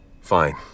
Fine